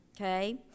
Okay